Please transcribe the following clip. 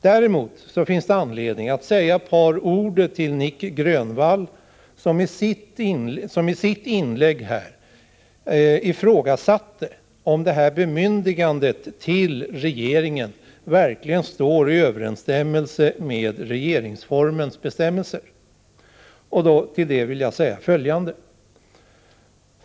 Däremot finns det anledning att säga ett par ord till Nic Grönvall, som i sitt inlägg ifrågasatte om bemyndigandet till regeringen verkligen står i överensstämmelse med regeringsformens bestämmelser. Med anledning av detta vill jag säga följande.